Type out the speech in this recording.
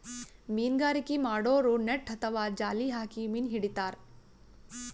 ಮೀನ್ಗಾರಿಕೆ ಮಾಡೋರು ನೆಟ್ಟ್ ಅಥವಾ ಜಾಲ್ ಹಾಕಿ ಮೀನ್ ಹಿಡಿತಾರ್